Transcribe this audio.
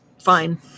fine